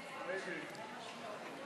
של קבוצת סיעת יש עתיד לסעיף 103(2)